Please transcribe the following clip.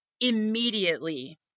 immediately